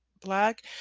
Black